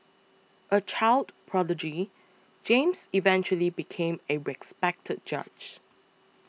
a child prodigy James eventually became a respected judge